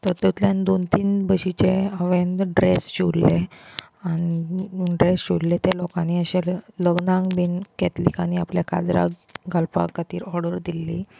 तेतूंतल्यान दोन तीन बशेचे हांवें ड्रेस शिंवल्ले आनी ड्रेस शिंवल्ले तेन्ना लोकांनी अशे लग्नाक बीन कॅथलिकांनी आपल्या काजराक घालपा खातीर ऑर्डर दिल्ली